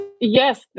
yes